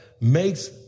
makes